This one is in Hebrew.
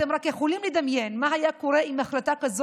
אתם רק יכולים לדמיין מה היה קורה אם החלטה כזאת